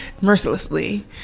mercilessly